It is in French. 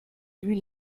lui